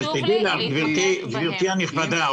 גברתי הנכבדה,